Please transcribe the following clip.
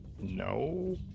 no